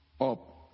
up